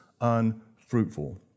unfruitful